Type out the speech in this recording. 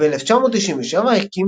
וב-1997 הקים